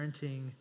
parenting